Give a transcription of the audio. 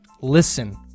Listen